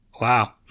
Wow